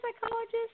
psychologist